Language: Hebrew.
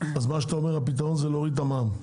אז אתה אומר שהפתרון הוא להוריד את המע"מ.